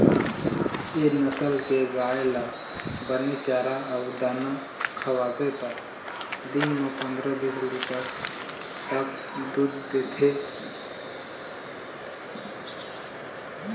ए नसल के गाय ल बने चारा अउ दाना खवाबे त दिन म पंदरा, बीस लीटर तक दूद देथे